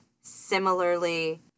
similarly